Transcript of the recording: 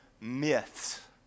myths